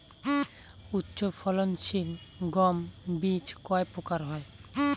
উচ্চ ফলন সিল গম বীজ কয় প্রকার হয়?